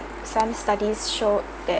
some studies show that